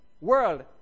world